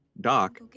Doc